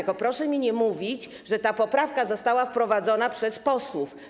Tylko proszę nie mówić, że ta poprawka została wprowadzona przez posłów.